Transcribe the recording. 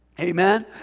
Amen